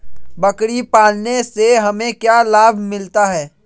बकरी पालने से हमें क्या लाभ मिलता है?